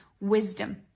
wisdom